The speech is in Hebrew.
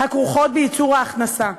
הכרוכות בייצור ההכנסה?